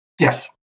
Yes